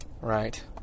Right